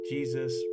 Jesus